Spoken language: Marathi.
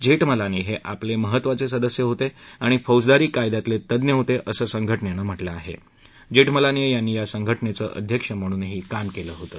जेठमलानी हे आपले महत्त्वाचे सदस्य होते आणि फौजदारी कायद्यातले तज्ञ होते असं संघटेनेनं म्हटलं आहे जेठमलानी यांनी या संघटनेचे अध्यक्ष म्हणूनही काम केलं होतं